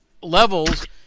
levels